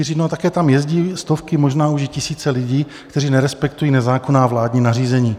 A také tam jezdí stovky, možná už i tisíce lidí, kteří nerespektují nezákonná vládní nařízení.